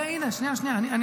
רגע, רגע, הינה, שנייה, שנייה.